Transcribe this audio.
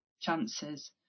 chances